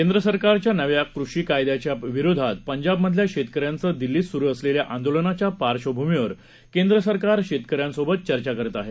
केंद्र सरकारच्या नव्या कृषी कायद्याच्या विरोधात पंजाबमधल्या शेतकऱ्यांचं दिल्लीत सुरु असलेल्या आंदोलनाच्या पार्श्वभूमीवर केंद्र सरकार शेतकऱ्यांसोबत चर्चा करत आहे